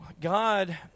God